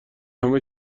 همه